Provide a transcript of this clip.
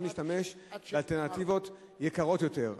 היום להשתמש באלטרנטיבות יקרות יותר,